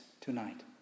tonight